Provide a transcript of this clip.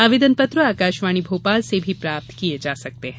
आवेदन पत्र आकाशवाणी भोपाल से भी प्राप्त किये जा सकते हैं